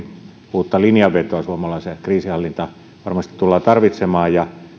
uutta linjanvetoa suomalaiseen kriisinhallintaan varmasti tullaan tarvitsemaan